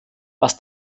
was